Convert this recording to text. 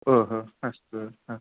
ओ हो अस्तु हा